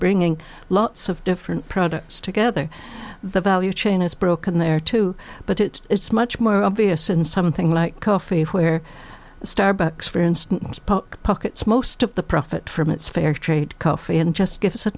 bringing lots of different products together the value chain is broken there too but it's much more obvious in something like coffee where starbucks for instance pockets most of the profit from its fair trade coffee and just gives a